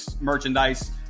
merchandise